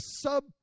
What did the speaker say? sub